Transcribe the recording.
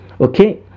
Okay